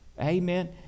Amen